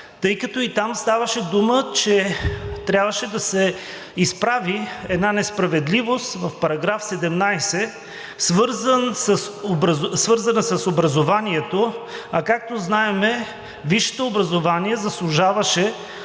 тъй като и там ставаше дума, че трябваше да се изправи една несправедливост в § 17, свързана с образованието. А, както знаем, висшето образование заслужаваше